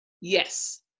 Yes